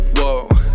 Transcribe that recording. Whoa